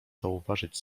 zauważyć